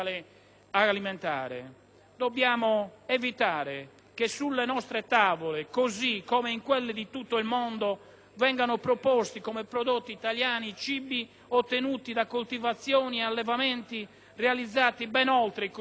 Dobbiamo evitare che sulle nostre tavole, così come in quelle di tutto il mondo, vengano proposti come prodotti italiani cibi ottenuti da coltivazioni e allevamenti realizzati ben oltre i nostri confini nazionali